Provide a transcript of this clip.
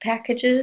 packages